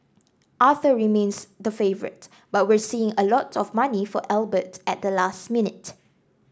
Arthur remains the favourite but we're seeing a lot of money for Albert at the last minute